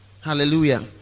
hallelujah